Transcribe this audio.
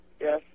Yes